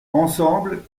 ensemble